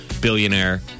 billionaire